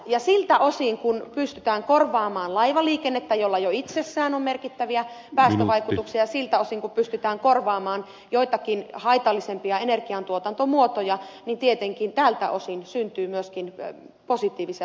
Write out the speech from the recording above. ja siltä osin kun pystytään korvaamaan laivaliikennettä jolla jo itsessään on merkittäviä päästövaikutuksia siltä osin kun pystytään korvaamaan joitakin haitallisempia energiantuotantomuotoja tietenkin syntyy myöskin positiivisia seurannaisvaikutuksia